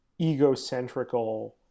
egocentrical